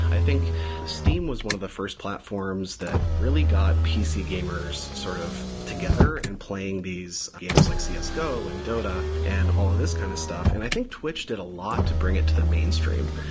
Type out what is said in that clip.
i think steam was one of the first platforms that really got pc gamers sort of together and playing these games like cs go and dota and all of these kind of stuff. and i think twitch did a lot to bring it to the mainstream,